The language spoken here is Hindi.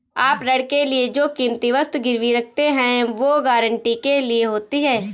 आप ऋण के लिए जो कीमती वस्तु गिरवी रखते हैं, वो गारंटी के लिए होती है